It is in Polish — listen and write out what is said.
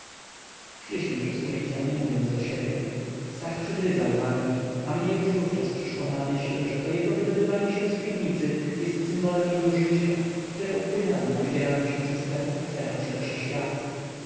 szliśmy przez ulicę nie mówiąc do siebie stach przygryzał wargi a mnie już wówczas przyszło na myśl że to wydobywanie się z piwnicy jest symbolem jego życia które upłynęło na wydzieraniu się ze sklepu hopfera w szerszy świat